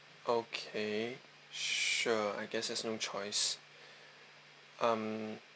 okay sure I guess there's no choice mm